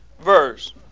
verse